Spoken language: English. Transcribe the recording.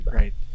right